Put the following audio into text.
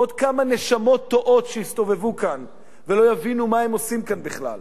עוד כמה נשמות תועות שיסתובבו כאן ולא יבינו מה הם עושים כאן בכלל,